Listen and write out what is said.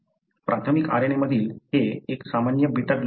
प्राथमिक RNA मधील हे एक सामान्य बीटा ग्लोबिन जीन आहे